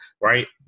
right